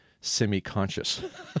semi-conscious